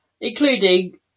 Including